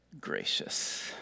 gracious